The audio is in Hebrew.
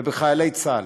ובחיילי צה"ל.